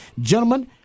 Gentlemen